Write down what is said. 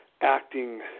acting